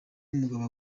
umugabo